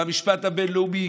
במשפט הבין-לאומי,